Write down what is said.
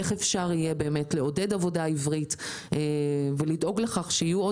איך נצליח לעודד עבודה עברית ולדאוג לכך שעוד